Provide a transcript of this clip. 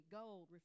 gold